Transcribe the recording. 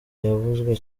yavuzwe